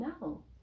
no